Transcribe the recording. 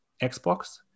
Xbox